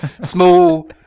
Small